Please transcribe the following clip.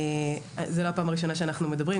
זה לא הפעם הראשונה שאנחנו מדברים,